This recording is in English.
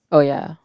oh ya